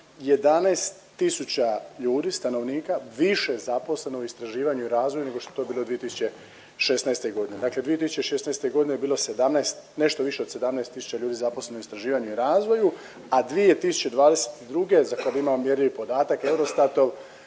tisuća ljudi, stanovnika više zaposleno u istraživanje i razvoj nego što je to bilo 2016.g., dakle 2016.g. je bilo 17, nešto više od 17 tisuća ljudi zaposleno u istraživanje i razvoju, a 2022. kad imamo mjerljivi podatak Eurostatov